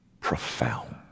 profound